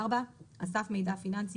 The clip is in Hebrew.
אסף מידע פיננסי,